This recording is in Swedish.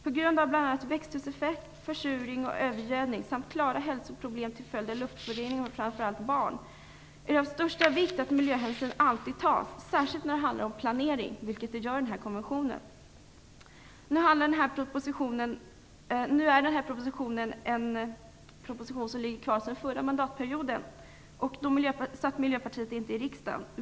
På grund av bl.a. växthuseffekt, försurning och övergödning samt klara hälsoproblem hos framför allt barn till följd av luftföroreningar är det av största vikt att miljöhänsyn alltid tas, särskilt när det handlar om planering, vilket det gör i den här konventionen. Nu ligger den här propositionen kvar sedan förra mandatperioden. Då satt Miljöpartiet inte i riksdagen.